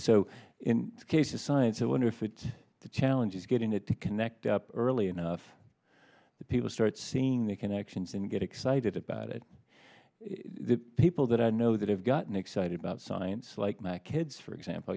this case is science so wonderful but the challenge is getting it to connect up early enough that people start seeing the connections and get excited about it the people that i know that have gotten excited about science like my kids for example